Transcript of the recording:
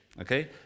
Okay